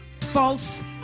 False